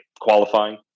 qualifying